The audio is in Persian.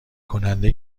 کنده